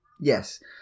Yes